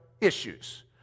issues